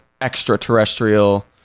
extraterrestrial